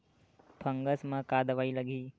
Fungus म का दवाई लगी?